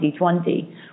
2020